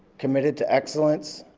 committed to excellence,